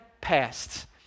passed